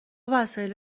وسایل